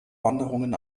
wanderungen